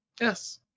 yes